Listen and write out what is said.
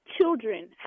children